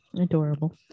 Adorable